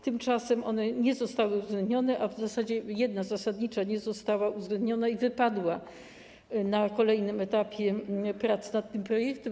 Tymczasem one nie zostały uwzględnione, a w zasadzie jedna zasadnicza nie została uwzględniona i wypadła na kolejnym etapie prac nad tym projektem.